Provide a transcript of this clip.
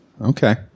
okay